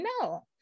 no